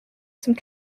some